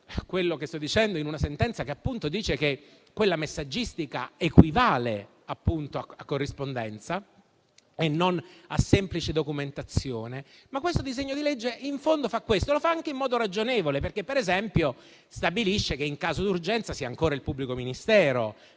quello che sto dicendo in una sentenza che, appunto, dice che quella messaggistica equivale a corrispondenza e non a semplice documentazione. Questo disegno di legge in fondo fa questo e lo fa anche in modo ragionevole, perché, per esempio, stabilisce che, in caso di urgenza, sia ancora il pubblico ministero